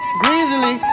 greasily